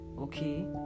okay